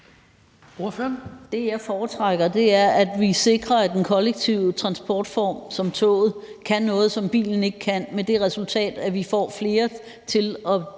Det, jeg foretrækker, er, at vi sikrer, at en kollektiv transportform som toget kan noget, som bilen ikke kan, med det resultat, at vi får flere til at